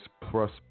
plus